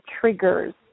triggers